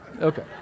Okay